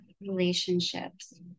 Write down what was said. relationships